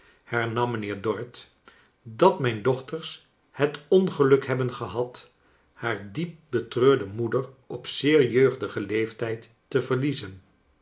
hernam mijnheer dorrit dat mijn dochters het ongeluk hebben gehad haar diep betreurde moeder op zeer jeugdigen leeftijd te verliezen